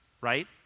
right